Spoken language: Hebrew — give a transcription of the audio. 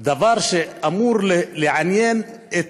דבר שאמור לעניין גם את